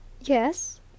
Yes